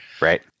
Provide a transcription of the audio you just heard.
right